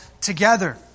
together